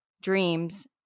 dreams